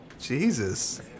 Jesus